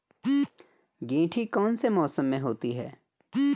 गेंठी कौन से मौसम में होती है?